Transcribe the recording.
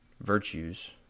virtues